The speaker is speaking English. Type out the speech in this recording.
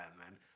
man